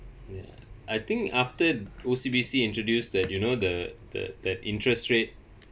ya I think after O_C_B_C introduced that you know the the that interest rate